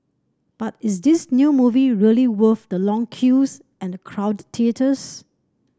but is this new movie really worth the long queues and crowded theatres